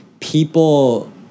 people